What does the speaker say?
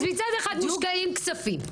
אז מצד אחד מושקעים כספים.